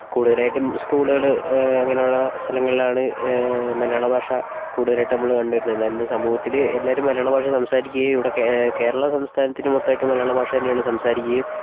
കൂടുതലായിട്ടും സ്കൂളുകൾ അങ്ങനെയുള്ള സ്ഥലങ്ങളിലാണ് മലയാള ഭാഷ കൂടുതലായിട്ടും നമ്മൾ കണ്ടു വരുന്നത് എന്നാൽ ഇന്ന് സമൂഹത്തിൽ എല്ലാവരും മലയാള ഭാഷ സംസാരിക്കയും ഇവിടെ കേരളം സംസ്ഥാനത്തിന് മൊത്തമായിട്ട് മലയാള ഭാഷ തന്നെയാണ് സംസാരിക്കയും